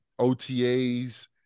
OTAs